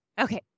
Okay